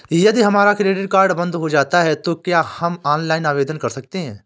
यदि हमारा credit card बंद हो जाता है तो क्या हम ऑनलाइन आवेदन कर सकते हैं?